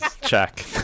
Check